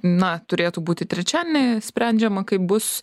na turėtų būti trečiadienį sprendžiama kaip bus